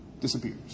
disappears